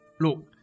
Look